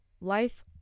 life